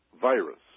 virus